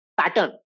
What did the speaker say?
pattern